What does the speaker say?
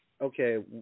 Okay